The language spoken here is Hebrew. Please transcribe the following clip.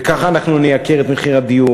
וככה אנחנו נייקר את הדיור.